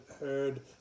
heard